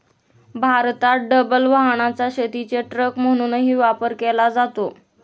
भारतात डबल वाहनाचा शेतीचे ट्रक म्हणूनही वापर केला जातो